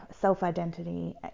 self-identity